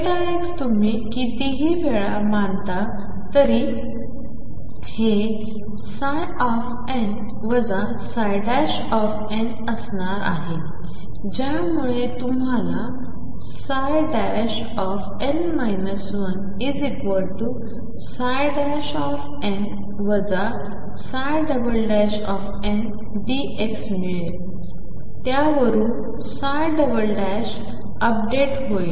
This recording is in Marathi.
Δx तुम्ही कितीही वेळा मानता तरी हे N Nअसणार आहे ज्यामुळे तुम्हाला N 1N NΔx मिळेल त्यावरून अपडेट होईल